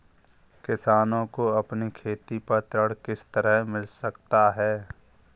किसानों को अपनी खेती पर ऋण किस तरह मिल सकता है?